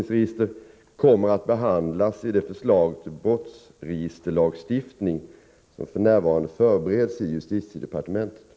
Avser justitieministern att presentera förslag som möjliggör för den enskilde att ta del av de uppgifter i polisens belastningsregister som berör honom själv?